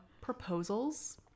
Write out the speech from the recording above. proposals